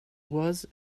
was